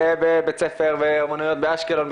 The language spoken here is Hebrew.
ובית ספר אומנויות באשקלון.